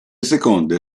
seconde